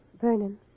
Vernon